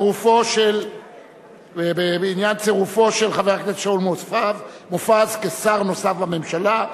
צירופו של חבר הכנסת שאול מופז כשר נוסף בממשלה,